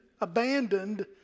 abandoned